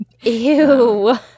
Ew